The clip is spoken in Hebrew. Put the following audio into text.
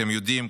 אתם יודעים,